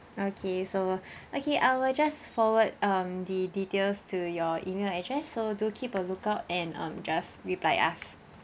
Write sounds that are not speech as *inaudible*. okay so *breath* okay I will just forward um the details to your email address so do keep a look out and um just reply us